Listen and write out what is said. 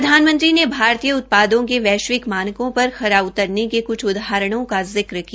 प्रधानमंत्री ने भारतीय उत्पादों के वैश्विक मानकों पर खरा उतरने के क्छ उदाहरणों का जिक्र किया